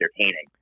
entertaining